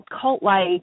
cult-like